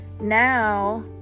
Now